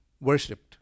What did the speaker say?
worshipped